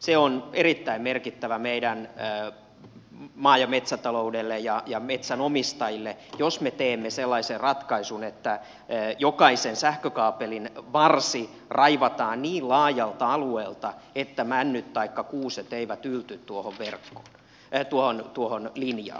se on erittäin merkittävää meidän maa ja metsätaloudellemme ja metsänomistajille jos me teemme sellaisen ratkaisun että jokaisen sähkökaapelin varsi raivataan niin laajalta alueelta että männyt taikka kuuset eivät yllä tuohon linjaan